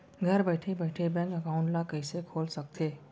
घर बइठे बइठे बैंक एकाउंट ल कइसे खोल सकथे?